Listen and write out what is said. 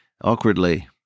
awkwardly